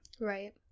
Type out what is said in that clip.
Right